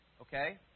Okay